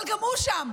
אבל גם הוא שם,